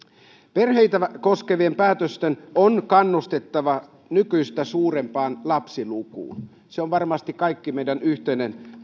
perheitä koskevien päätösten on kannustettava nykyistä suurempaan lapsilukuun se on varmasti kaikkien meidän yhteinen